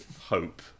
hope